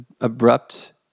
abrupt